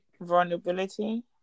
Vulnerability